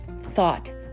thought